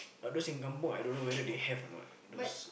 but those in kampung I don't know whether they have or not those